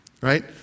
Right